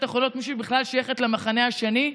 אחרונות מישהי שבכלל שייכת למחנה השני,